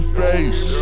face